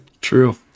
True